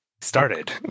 started